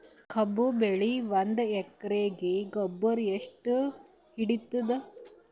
ಕಬ್ಬು ಬೆಳಿ ಒಂದ್ ಎಕರಿಗಿ ಗೊಬ್ಬರ ಎಷ್ಟು ಹಿಡೀತದ?